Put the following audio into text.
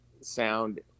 sound